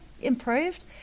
improved